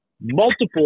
multiple